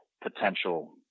potential